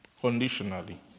conditionally